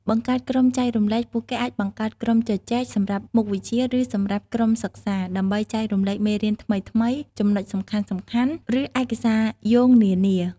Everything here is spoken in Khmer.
បង្កើតក្រុមចែករំលែក ពួកគេអាចបង្កើត ក្រុមជជែក សម្រាប់មុខវិជ្ជា ឬសម្រាប់ក្រុមសិក្សា ដើម្បីចែករំលែកមេរៀនថ្មីៗ ចំណុចសំខាន់ៗ ឬឯកសារយោងនានា។